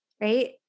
right